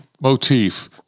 motif